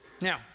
Now